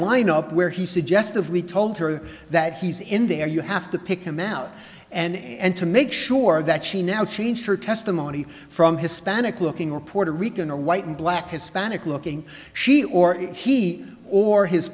lineup where he suggested we told her that he's indeed are you have to pick him out and to make sure that she now changed her testimony from hispanic looking or puerto rican or white and black hispanic looking she or he or his